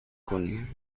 کنی